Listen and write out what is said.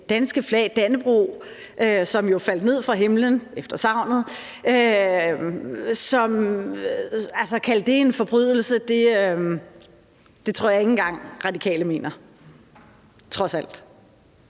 danske flag, Dannebrog, som jo faldt ned fra himlen, ifølge sagnet, en forbrydelse, tror jeg ikke engang, Radikale vil gøre – trods alt.